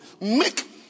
make